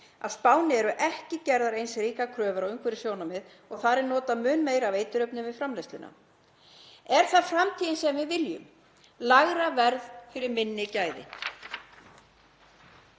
á Spáni eru ekki gerðar eins ríkar kröfur um umhverfissjónarmið og þar er notað mun meira af eiturefnum við framleiðsluna. Er það framtíðin sem við viljum; lægra verð fyrir minni gæði?